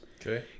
okay